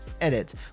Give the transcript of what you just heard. Edit